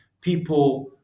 people